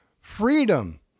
freedom